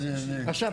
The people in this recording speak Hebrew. עכשיו,